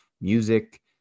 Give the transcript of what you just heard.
music